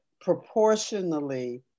proportionally